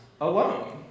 alone